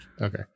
Okay